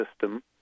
system